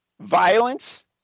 violence